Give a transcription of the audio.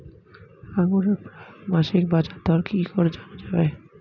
আঙ্গুরের প্রাক মাসিক বাজারদর কি করে জানা যাবে?